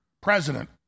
president